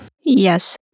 Yes